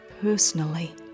personally